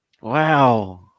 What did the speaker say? Wow